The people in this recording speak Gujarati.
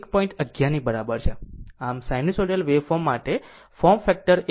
આમ સાઈનુસાઇડલ વેવફોર્મ માટે ફોર્મ ફેક્ટર 1